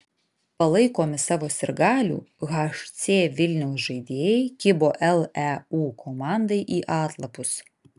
palaikomi savo sirgalių hc vilniaus žaidėjai kibo leu komandai į atlapus